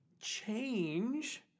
change